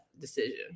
decision